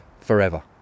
forever